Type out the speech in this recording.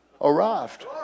arrived